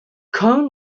cohn